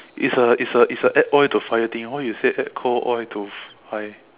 it's a it's a it's a add oil to fire thing why you say add cold oil to fire